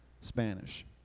Spanish